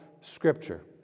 Scripture